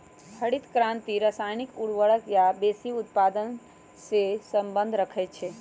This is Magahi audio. हरित क्रांति रसायनिक उर्वर आ बिया वेशी उत्पादन से सम्बन्ध रखै छै